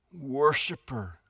worshiper